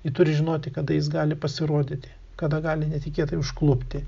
ji turi žinoti kada jis gali pasirodyti kada gali netikėtai užklupti